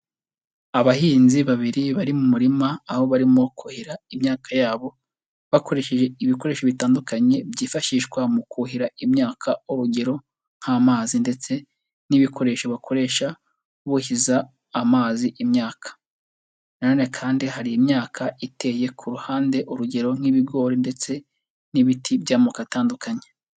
Abahinzi babiri bari mu murima aho barimo kuhira imyaka yabo bakoresheje ibikoresho bitandukanye byifashishwa mu kuhira imyaka urugero nk'amazi ndetse n'ibikoresho bakoresha buhiza amazi imyaka, na none kandi hari imyaka iteye ku ruhande urugero nk'ibigori ndetse n'ibiti by'amoko atandukanye.